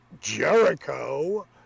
Jericho